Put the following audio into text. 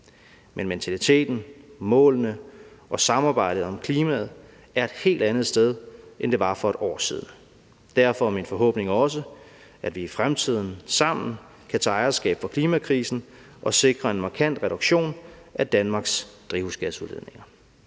Men mentaliteten, målene og samarbejdet om klimaet er et helt andet sted, end det var for et år siden. Derfor er mine forhåbninger også, at vi i fremtiden sammen kan tage ejerskab for klimakrisen og sikre en markant reduktion af Danmarks drivhusgasudledninger.